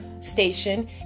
station